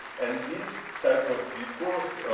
and this type of discourse,